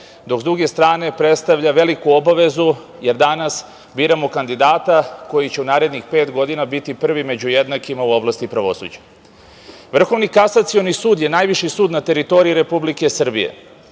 dok s druge strane predstavlja veliku obavezu, jer danas biramo kandidata koji će u narednih pet godina biti prvi među jednakima u oblastima pravosuđa. Vrhovni kasacioni sud je najviši sud na teritoriji Republike Srbije